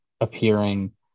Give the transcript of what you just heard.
appearing